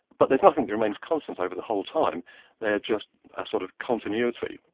but there's nothing that remains constant over the whole time they're just a sort of continuity,